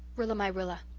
rilla-my-rilla,